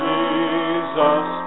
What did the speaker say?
Jesus